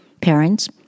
parents